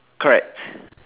correct